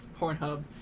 Pornhub